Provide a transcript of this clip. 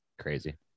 Crazy